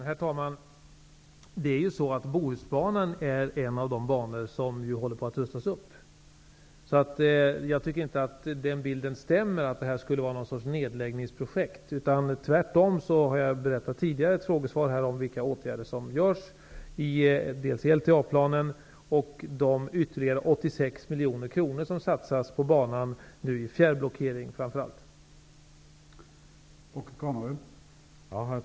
Herr talman! Bohusbanan är en av de banor som håller på att rustas upp. Jag tycker därför inte att bilden av att detta skulle vara någon sorts nedläggningsprojekt stämmer. Tvärtom har jag i ett tidigare frågesvar redogjort för vilka åtgärder som vidtas när det gäller LTA-planen och när det gäller de ytterligare 86 miljonerna som satsas på banan, framför allt i fråga om fjärrblockering.